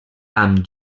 amb